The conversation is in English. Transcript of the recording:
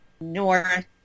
North